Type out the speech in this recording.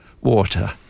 water